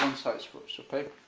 um size first, okay?